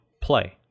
Play